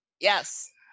Yes